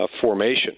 formation